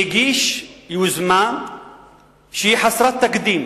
והגיש יוזמה שהיא חסרת תקדים